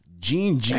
Gene